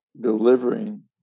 delivering